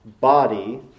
body